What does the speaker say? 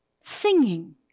singing